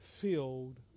filled